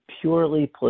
purely